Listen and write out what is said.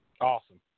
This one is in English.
awesome